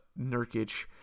Nurkic